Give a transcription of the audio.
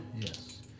yes